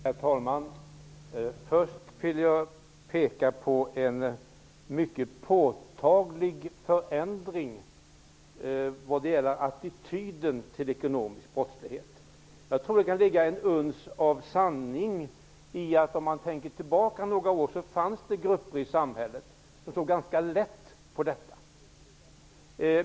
Herr talman! Jag vill först peka på en mycket påtaglig förändring av attityden till ekonomisk brottslighet. Det torde ligga en uns av sanning i påståendet att det för några år sedan fanns grupper i samhället som tog ganska lätt på detta problem.